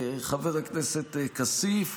חבר הכנסת כסיף?